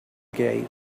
gate